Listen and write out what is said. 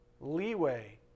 leeway